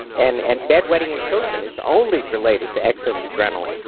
and and bed wetting in children is only related to excess adrenaline.